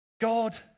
God